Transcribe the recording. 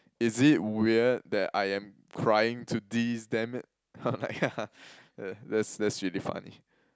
is it weird that I am crying to this dammit I'm like haha yeah that's that's really funny